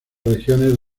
regiones